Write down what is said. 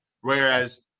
Whereas